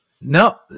No